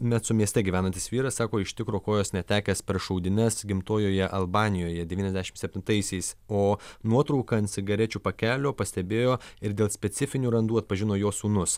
metsu mieste gyvenantis vyras sako iš tikro kojos netekęs per šaudynes gimtojoje albanijoje devyniasdešim septintaisiais o nuotrauką ant cigarečių pakelio pastebėjo ir dėl specifinių randų atpažino jo sūnus